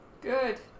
Good